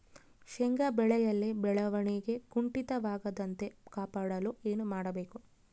ಶೇಂಗಾ ಬೆಳೆಯಲ್ಲಿ ಬೆಳವಣಿಗೆ ಕುಂಠಿತವಾಗದಂತೆ ಕಾಪಾಡಲು ಏನು ಮಾಡಬೇಕು?